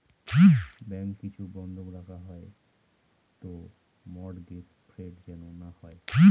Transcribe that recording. bank কিছু বন্ধক রাখা হয় তো মর্টগেজ ফ্রড যেন না হয়